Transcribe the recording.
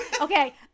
okay